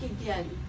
again